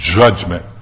judgment